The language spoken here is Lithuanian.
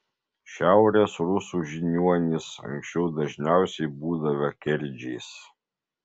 šiaurės rusų žiniuonys anksčiau dažniausiai būdavę kerdžiais